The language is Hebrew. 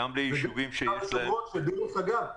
דרך אגב,